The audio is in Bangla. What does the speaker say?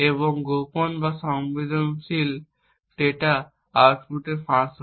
এবং গোপন বা সংবেদনশীল ডেটা আউটপুটে ফাঁস হয়